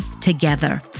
together